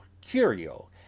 Curio